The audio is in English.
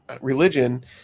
religion